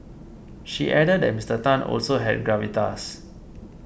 she added that Mister Tan also has gravitas